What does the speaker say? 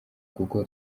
kuko